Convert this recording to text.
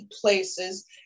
places